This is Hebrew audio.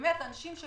היו